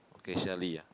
occasionally ah